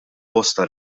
bosta